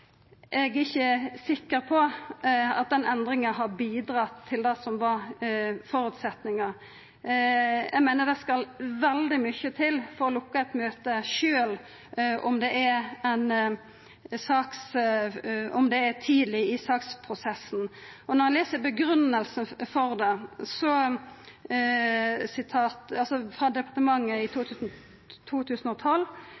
til det som var føresetnaden. Eg meiner det skal veldig mykje til for å lukka eit møte, sjølv om det er tidleg i saksprosessen. Grunngivinga til departementet var, i 2012: «Styret kan også ha behov for